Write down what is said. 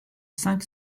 cinq